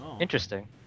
interesting